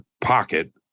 pocket